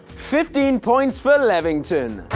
fifteen points for levington.